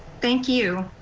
thank you.